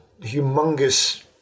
humongous